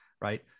right